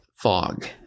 fog